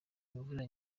imvura